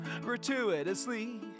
gratuitously